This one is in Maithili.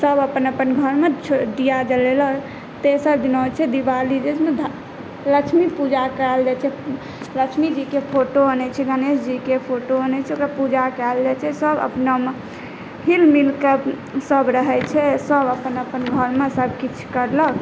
सभ अपन अपन घरमे दिआ जलेलक तेसर दिना होइ छै दिवाली जाहीमे लक्ष्मी पुजा कयल जाइ छै लक्ष्मीजीकेँ फोटो अनै छै गणेशजीकेँ फोटो अनै छै ओकरा पूजा कयल जाइ छै सभ अपनामे हिल मिल कऽ सभ रहै छै सभ अपन अपन घरमे किछु करलक